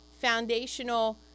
foundational